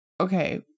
Okay